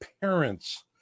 parents